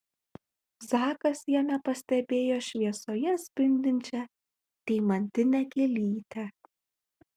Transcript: zakas jame pastebėjo šviesoje spindinčią deimantinę gėlytę